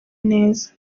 neza